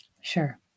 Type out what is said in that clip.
Sure